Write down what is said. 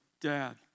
Dad